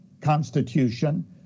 Constitution